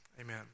Amen